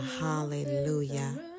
hallelujah